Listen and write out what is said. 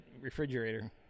refrigerator